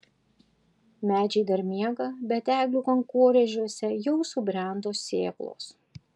medžiai dar miega bet eglių kankorėžiuose jau subrendo sėklos